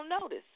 notice